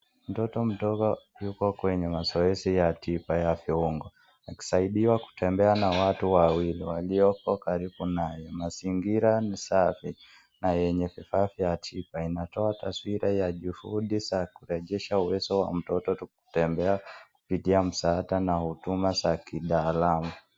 Mtoto mdogo yuko kwenye mazoezi ya tiba ya viungo, akisaidiwa kutembea na watu wawili walio karibu naye. Mazingira ni safi na yenye vifaa vya tiba. Inatoa taswira ya juhudi za kurejesha uwezo wa mtoto kutembea, kupitia msaada na huduma za kitaalamu.